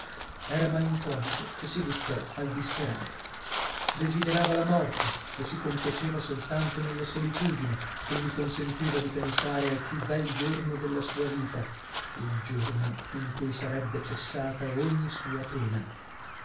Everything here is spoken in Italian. era malinconico e si buttò al disperato desiderava la morte e si compiaceva soltanto nella solitudine che gli consentiva di pensare al più bel giorno della sua vita il giorno in cui sarebbe cessata ogni sua pena